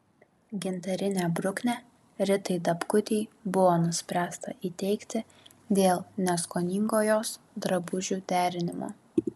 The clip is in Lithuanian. gintarinę bruknę ritai dapkutei buvo nuspręsta įteikti dėl neskoningo jos drabužių derinimo